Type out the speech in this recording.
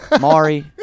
Mari